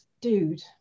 dude